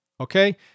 Okay